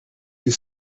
you